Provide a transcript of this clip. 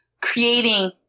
creating